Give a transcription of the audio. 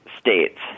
states